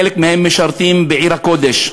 חלק מהם משרתים בעיר הקודש,